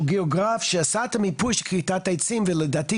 שהוא גיאוגרף שעשה את המיפוי של כריתת העצים ולדעתי,